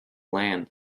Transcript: land